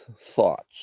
thoughts